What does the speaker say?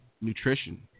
nutrition